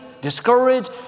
discouraged